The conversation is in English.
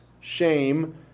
shame